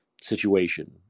situation